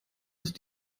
ist